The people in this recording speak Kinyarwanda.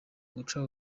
guca